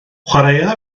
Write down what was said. chwaraea